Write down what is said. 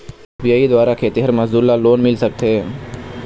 UPI द्वारा खेतीहर मजदूर ला लोन मिल सकथे?